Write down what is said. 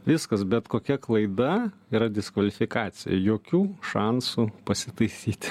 viskas bet kokia klaida yra diskvalifikacija jokių šansų pasitaisyti